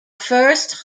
first